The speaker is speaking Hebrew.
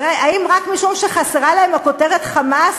האם רק משום שחסרה להם הכותרת "חמאס"